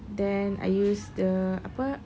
then I use the apa